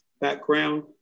background